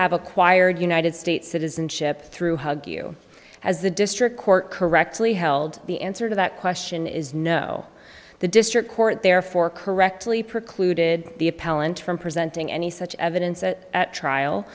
have acquired united states citizenship through hug you as the district court correctly held the answer to that question is no the district court therefore correctly precluded the appellant from presenting any such evidence at trial